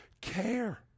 care